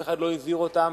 אף אחד לא הזהיר אותם,